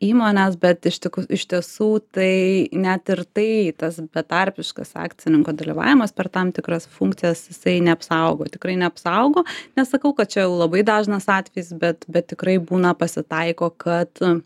įmones bet iš tikrų iš tiesų tai net ir tai tas betarpiškas akcininko dalyvavimas per tam tikras funkcijas jisai neapsaugo tikrai neapsaugo nesakau kad čia labai dažnas atvejis bet bet tikrai būna pasitaiko kad